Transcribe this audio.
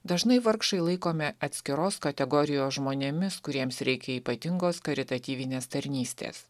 dažnai vargšai laikomi atskiros kategorijos žmonėmis kuriems reikia ypatingos karitatyvinės tarnystės